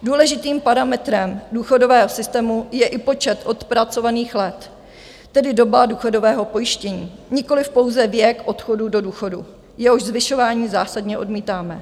Důležitým parametrem důchodového systému je i počet odpracovaných let, tedy doba důchodového pojištění, nikoliv pouze věk odchodu do důchodu, jehož zvyšování zásadně odmítáme.